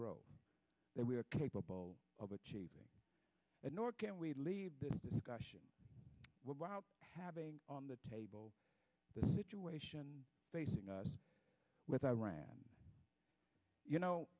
growth that we are capable of achieving nor can we leave this discussion without having on the table the situation facing us with iran you know